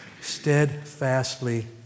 steadfastly